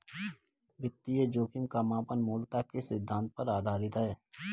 वित्तीय जोखिम का मापन मूलतः किस सिद्धांत पर आधारित है?